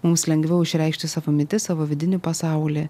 mums lengviau išreikšti savo mintis savo vidinį pasaulį